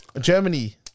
Germany